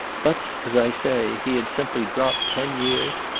but, as i say, he had simply dropped ten years,